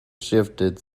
shifted